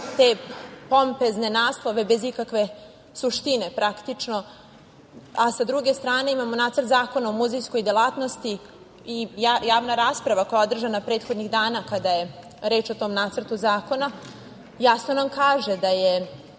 te pompezne naslove bez ikakve suštine, praktično, a sa druge strane imamo nacrt zakona o muzejskoj delatnosti i javna rasprava koja je održana prethodnih dana kada je reč o tom nastanku zakona, jasno nam kaže da je